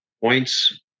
points